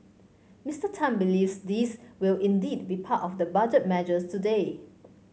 Mister Tan believes these will indeed be part of the Budget measures today